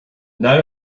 now